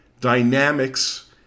dynamics